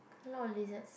lot of lizards